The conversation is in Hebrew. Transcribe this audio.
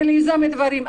ליזום דברים,